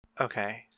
Okay